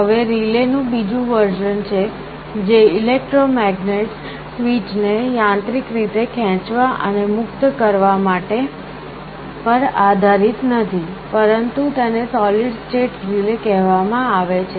હવે રિલેનું બીજું વર્ઝન છે જે ઇલેક્ટ્રોમેગ્નેટસ સ્વીચને યાંત્રિક રીતે ખેંચવા અને મુક્ત કરવા પર આધારિત નથી પરંતુ તેને સૉલિડ સ્ટેટ રિલે કહેવામાં આવે છે